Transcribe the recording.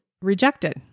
rejected